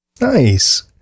Nice